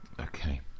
Okay